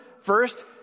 first